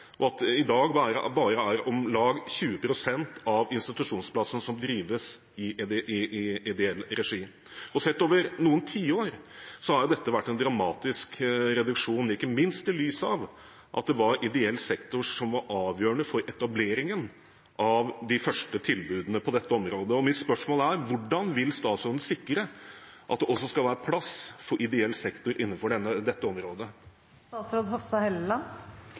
og at det i dag bare er om lag 20 pst. av institusjonsplassene som drives i ideell regi. Sett over noen tiår har jo dette vært en dramatisk reduksjon, ikke minst i lys av at det var ideell sektor som var avgjørende for etableringen av de første tilbudene på dette området. Mitt spørsmål er: Hvordan vil statsråden sikre at det også skal være plass for ideell sektor innenfor dette området?